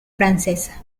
francesa